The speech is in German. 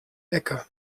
ecke